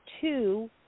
two